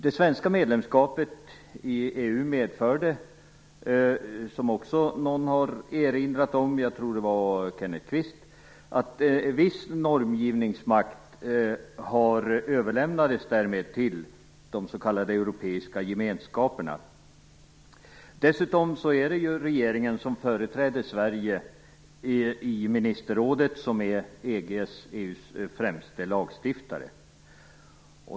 Det svenska medlemskapet i EU medförde - som också någon har erinrat om, jag tror att det var Kenneth Kvist - att viss normgivningsmakt därmed överlämnades till de s.k. europeiska gemenskaperna. Dessutom är det regeringen som företräder Sverige i ministerrådet, som är EG:s främste lagstiftare.